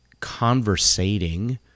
conversating